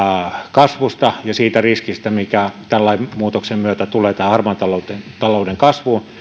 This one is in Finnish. kasvusta ja siitä riskistä mikä tämän lain muutoksen myötä tulee liittymään tämän harmaan talouden talouden kasvuun